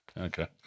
okay